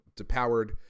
depowered